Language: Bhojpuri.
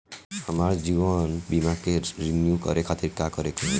हमार जीवन बीमा के रिन्यू करे खातिर का करे के होई?